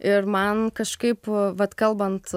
ir man kažkaip vat kalbant